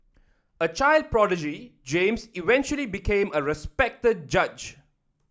a child prodigy James eventually became a respected judge